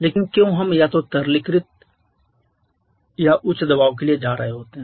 लेकिन क्यों हम या तो तरलीकरण या उच्च दबाव के लिए जा रहे होते हैं